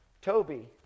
Toby